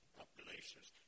populations